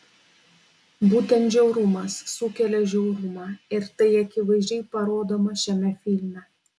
būtent žiaurumas sukelia žiaurumą ir tai akivaizdžiai parodoma šiame filme